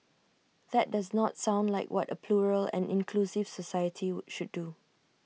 that does not sound like what A plural and inclusive society should do